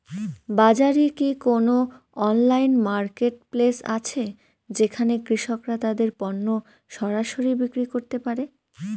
বাজারে কি কোন অনলাইন মার্কেটপ্লেস আছে যেখানে কৃষকরা তাদের পণ্য সরাসরি বিক্রি করতে পারে?